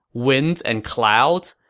winds and clouds?